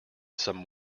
some